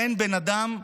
אין בן אדם,